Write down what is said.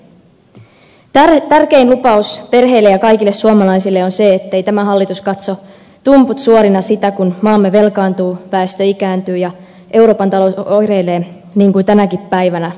tärkein lupaus perheille ja kaikille suomalaisille on se ettei tämä hallitus katso tumput suorina sitä kun maamme velkaantuu väestö ikääntyy ja euroopan talous oireilee niin kuin tänäkin päivänä ennustamattomasti